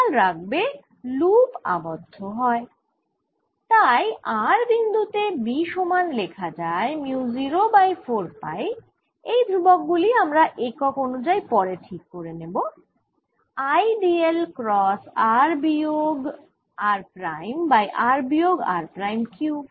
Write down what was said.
খেয়াল রাখবে লুপ আবদ্ধ হয় তাই r বিন্দু তে B সমান লেখা যায় মিউ 0 বাই 4 পাই এই ধ্রুবক গুলি আমরা একক অনুযায়ী পরে ঠিক করব I d l cross r বিয়োগ r প্রাইম বাই r বিয়োগ r প্রাইম কিউব